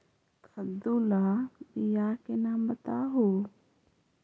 कददु ला बियाह के नाम बताहु?